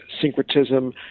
syncretism